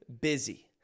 busy